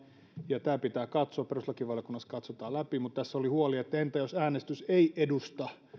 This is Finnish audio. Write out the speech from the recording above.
ja tämä pitää katsoa perustuslakivaliokunnassa katsotaan läpi mutta tässä oli huoli että entä jos äänestys ei edusta